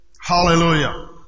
Hallelujah